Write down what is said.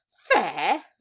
fair